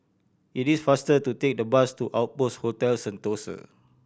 it is faster to take the bus to Outpost Hotel Sentosa